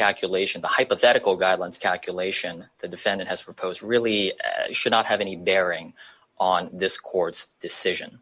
calculation the hypothetical guidelines calculation the defendant has proposed really should not have any bearing on this court's decision